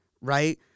right